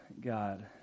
God